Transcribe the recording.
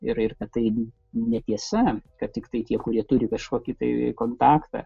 ir ir kad tai netiesa kad tiktai tie kurie turi kažkokį tai kontaktą